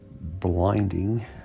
blinding